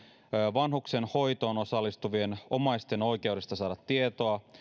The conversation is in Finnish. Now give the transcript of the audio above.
vanhuksen hoitoon osallistuvien omaisten oikeudesta saada tietoa